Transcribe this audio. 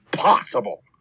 Possible